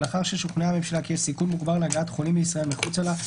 ולאחר ששוכנעה הממשלה כי יש סיכון מוגבר להגעת חולים לישראל מחוצה לה,